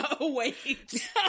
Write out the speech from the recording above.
wait